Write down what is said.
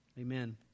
Amen